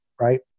right